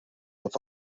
бол